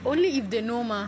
only if they know mah